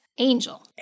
Angel